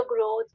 growth